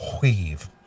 weave